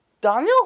Daniel